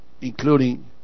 including